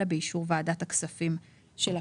אלא באישור ועדת הכספים של הכנסת".